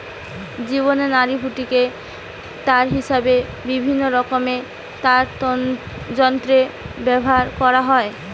জীবের নাড়িভুঁড়িকে তার হিসাবে বিভিন্নরকমের তারযন্ত্রে ব্যাভার কোরা হয়